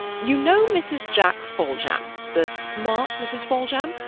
you know mrs jack foljambe the smart mrs foljambe?